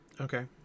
Okay